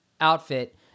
outfit